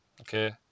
okay